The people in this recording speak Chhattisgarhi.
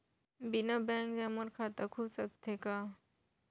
बिना बैंक जाए मोर खाता खुल सकथे का?